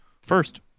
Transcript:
First